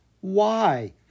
Why